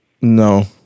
No